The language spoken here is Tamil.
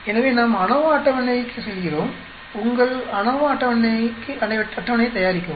எனவே நாம் அநோவா அட்டவணைக்குச் செல்கிறோம் உங்கள் அநோவா அட்டவணையைத் தயாரிக்கவும்